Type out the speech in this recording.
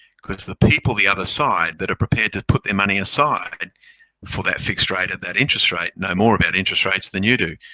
because the people, the other side that are prepared to put their money aside for that fixed rate of that interest rate know more about interest rates than you do.